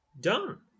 done